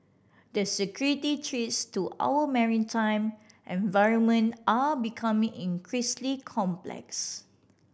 the security threats to our maritime environment are becoming increasingly complex